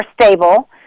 stable